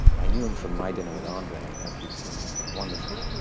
i knew him from my dinner with andre, and if you've seen that film, wonderful.